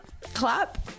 clap